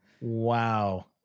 Wow